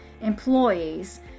employees